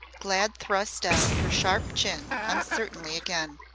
glad thrust out her sharp chin uncertainly again.